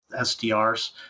SDRs